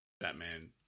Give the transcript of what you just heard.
Batman